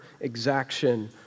exaction